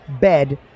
bed